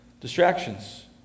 Distractions